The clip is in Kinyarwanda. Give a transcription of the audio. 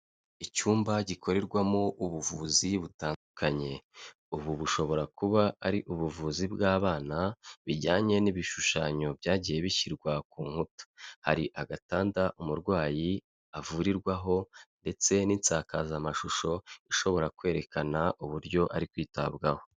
Icyumba gikorerwamo ubuvuzi butandukanye, ubu bushobora kuba ari ubuvuzi bw'abana, bijyanye n'ibishushanyo byagiye bishyirwa ku nkuta, hari agatanda umurwayi avurirwaho ndetse n'insakazamashusho ishobora kwerekana uburyo ari kwitabwaho.